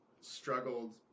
struggled